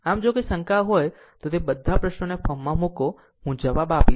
આમ જો કોઈ શંકા હોય તો તે બધા પ્રશ્નોને ફોર્મ માં મુકો હું જવાબ આપીશ